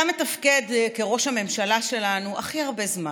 אתה מתפקד כראש הממשלה שלנו הכי הרבה זמן,